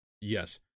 yes